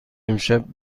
امشب